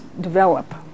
develop